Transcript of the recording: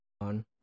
on